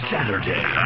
Saturday